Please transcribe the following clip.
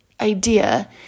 idea